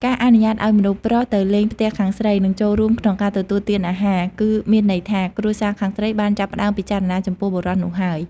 ការអនុញ្ញាតឲ្យមនុស្សប្រុសទៅលេងផ្ទះខាងស្រី និងចូលរួមក្នុងការទទួលទានអាហារ គឺមានន័យថា គ្រួសារខាងស្រីបានចាប់ផ្តើមពិចារណាចំពោះបុរសនោះហើយ។